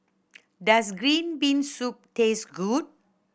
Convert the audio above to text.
does green bean soup taste good